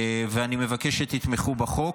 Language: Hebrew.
ואני מבקש שתתמכו בחוק.